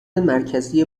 مرکزی